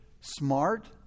smart